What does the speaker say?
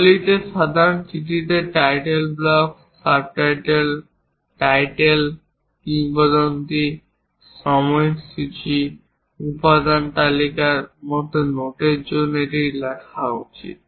শৈলীতে সাধারণ চিঠিতে টাইটেল ব্লক সাবটাইটেল টাইটেল কিংবদন্তি সময়সূচী উপাদান তালিকার মতো নোটের জন্য এটি লেখা জড়িত